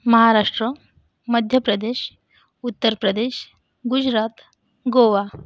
Maharashtra Madhya Pradesh Uttar Pradesh Gujarat Goa